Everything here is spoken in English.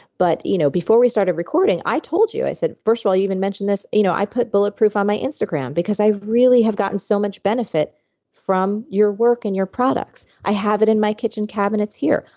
but you know before we started recording, i told you. i said, first of all, you even mention this. you know i put bulletproof on my instagram because i really have gotten so much benefit from your work and your products. i have it in my kitchen cabinets here.